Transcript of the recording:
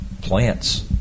plants